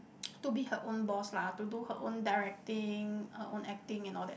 to be her own boss lah to do her own directing own acting and all that